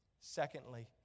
Secondly